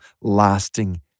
lasting